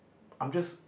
I'm just